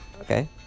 Okay